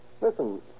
Listen